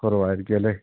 കുറവായിരിക്കും അല്ലേ